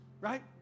right